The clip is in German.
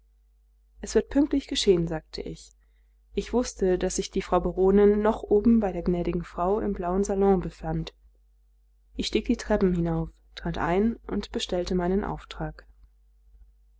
es wird pünktlich geschehen sagte ich ich wußte daß sich die frau baronin noch oben bei der gnädigen frau im blauen salon befand ich stieg die treppen hinauf trat ein und bestellte meinen auftrag